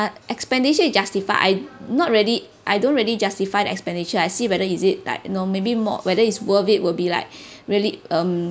expenditure you justified I not really I don't really justify the expenditure I see whether is it like you know maybe more whether it's worth it will be like really um